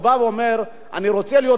הוא בא ואומר: אני רוצה להיות מוביל,